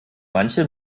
manche